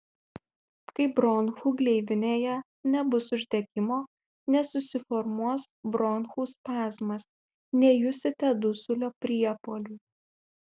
kai bronchų gleivinėje nebus uždegimo nesusiformuos bronchų spazmas nejusite dusulio priepuolių